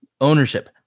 ownership